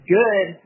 good